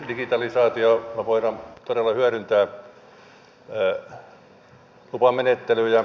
digitalisaatiota voidaan todella hyödyntää lupamenettelyssä